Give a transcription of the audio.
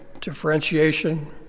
differentiation